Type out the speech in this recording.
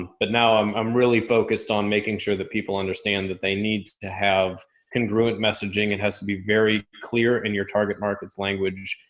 but now i'm um really focused on making sure that people understand that they need to have congruent messaging. it has to be very clear in your target market's language.